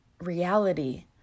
reality